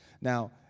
Now